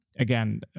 again